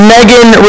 Megan